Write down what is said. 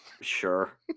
sure